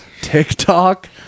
TikTok